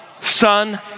Son